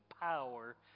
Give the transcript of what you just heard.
power